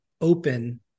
open